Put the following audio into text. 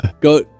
go